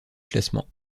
classement